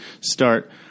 start